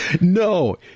No